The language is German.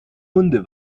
hunde